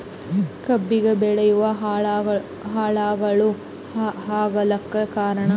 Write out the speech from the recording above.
ಕಬ್ಬಿಗ ಬಿಳಿವು ಹುಳಾಗಳು ಆಗಲಕ್ಕ ಕಾರಣ?